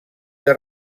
que